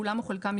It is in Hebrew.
כולם או חלקם,